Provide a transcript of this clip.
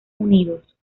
unidos